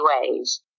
ways